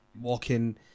walking